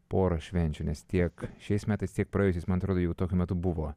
porą švenčių nes tiek šiais metais tiek praėjusiais man atrodo jau tokiu metu buvo